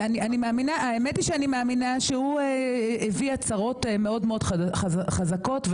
הוא נתן הצהרות מאוד מאוד חזקות,